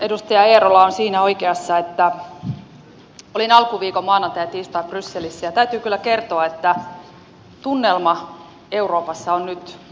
edustaja eerola on siinä oikeassa että olin alkuviikon maanantain ja tiistain brysselissä ja täytyy kyllä kertoa että tunnelma euroopassa on nyt muuttunut